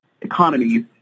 economies